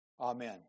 Amen